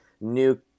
new